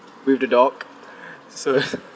with the dog so